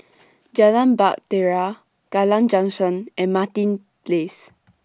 Jalan Bahtera Kallang Junction and Martin Place